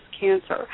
cancer